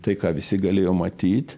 tai ką visi galėjo matyt